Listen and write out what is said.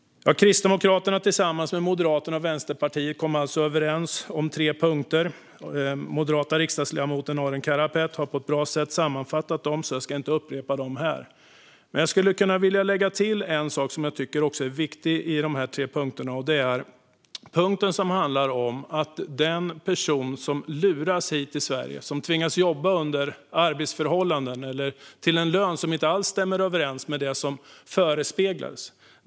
Kristdemokraterna har tillsammans med Moderaterna och Vänsterpartiet kommit överens om tre punkter. Den moderata riksdagsledamoten Arin Karapet har på ett bra sätt sammanfattat dem, så jag ska inte upprepa dem här. Jag vill dock lägga till en sak som jag tycker är viktig i de tre punkterna, och det handlar om den person som luras hit till Sverige och som tvingas jobba under arbetsförhållanden eller till en lön som inte alls stämmer överens med det som förespeglats.